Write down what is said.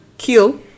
Kill